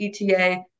ETA